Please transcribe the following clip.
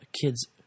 kids